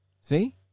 See